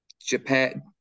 Japan